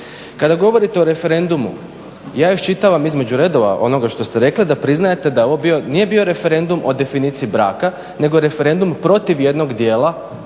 Kada govorite o referendumu, ja iščitavam između redova između onoga što ste rekli da priznajete da ovo nije bio referendum o definiciji braka nego referendum protiv jednog djela